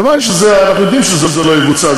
כיוון שאנחנו יודעים שזה לא יבוצע.